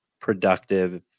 productive